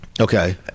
Okay